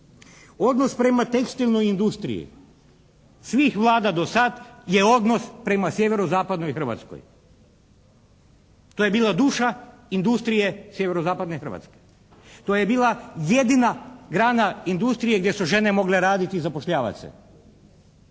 Odnos prema tekstilnoj industriji svih Vlada do sad je odnos prema sjeverozapadnoj Hrvatskoj. To je bila duša industrije sjeverozapadne Hrvatske. To je bila jedina grana industrije gdje su žene mogle raditi i zapošljavati